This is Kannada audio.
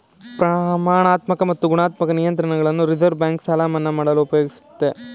ಪ್ರಮಾಣಾತ್ಮಕ ಮತ್ತು ಗುಣಾತ್ಮಕ ನಿಯಂತ್ರಣಗಳನ್ನು ರಿವರ್ಸ್ ಬ್ಯಾಂಕ್ ಸಾಲ ಮನ್ನಾ ಮಾಡಲು ಉಪಯೋಗಿಸುತ್ತದೆ